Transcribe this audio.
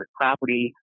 property